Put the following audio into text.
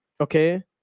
okay